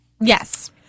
Yes